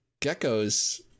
geckos